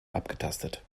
abgetastet